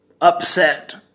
upset